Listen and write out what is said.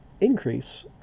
increase